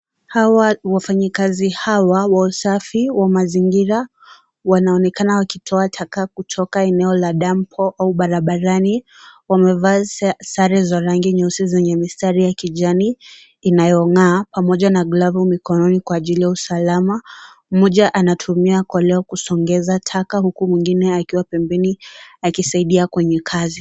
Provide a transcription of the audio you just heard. Wafanyakazi hawa wa usafi wa mazingira, wanaonekana wakitoa taka kutoka eneo la dampu au barabarani. Wamevaa za rangi nyeusi zenye mistari ya kijani inayong'aa pamoja na glavu mikononi kwa ajili ya usalama. Mmoja anatumia koleo kusongesha taka huku mwingine akiwa pembeni akisaidiwa kwenye kazi.